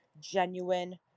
genuine